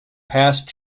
passed